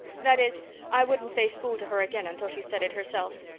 that is i wouldn't say school to her again until she said it herself.